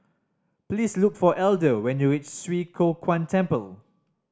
please look for Elder when you reach Swee Kow Kuan Temple